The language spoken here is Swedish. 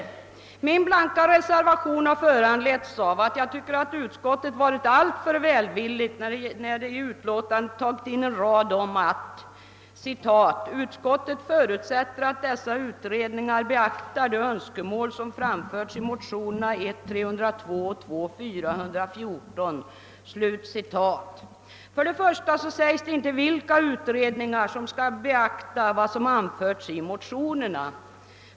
Nej, min blanka reservation har föranletts av att jag tycker att utskottet varit alltför välvilligt när det i utlåtandet — efter att ha framhållit att olika statliga utredningar har tillsatts för att lösa problem för hemarbetande eller för dessa och andra grupper gemensamt — tagit in följande passus: »Utskottet förutsätter att dessa utredningar beaktar de önskemål som framförts i motionerna I:302 och II: 414.» För det första sägs inte vilka utredningar som skall beakta vad som anförts i motionerna.